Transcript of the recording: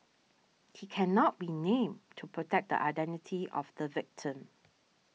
he cannot be named to protect the identity of the victim